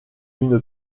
une